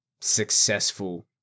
successful